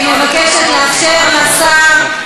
בשנת 2015,